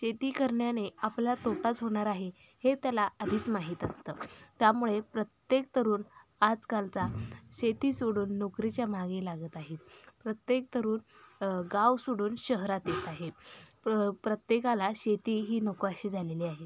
शेती करण्याने आपला तोटाच होणार आहे हे त्याला आधीच माहीत असतं त्यामुळे प्रत्येक तरुण आजकालचा शेती सोडून नोकरीच्या मागे लागत आहे प्रत्येक तरुण गाव सोडून शहरात येत आहे प प्रत्येकाला शेती ही नको अशी झालेली आहे